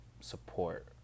support